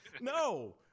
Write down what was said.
No